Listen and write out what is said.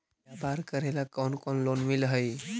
व्यापार करेला कौन कौन लोन मिल हइ?